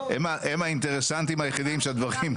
הם האינטרסנטים היחידים שהדברים יתקדמו.